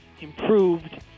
improved